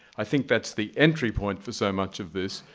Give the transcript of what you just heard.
i think that's the entry point for so much of this,